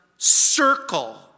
circle